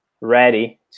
ready